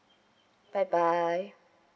bye bye